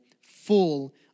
full